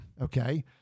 okay